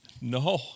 No